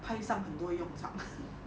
排上很多用场